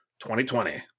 2020